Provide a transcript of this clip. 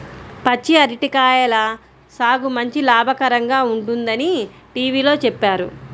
పచ్చి అరటి కాయల సాగు మంచి లాభకరంగా ఉంటుందని టీవీలో చెప్పారు